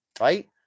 right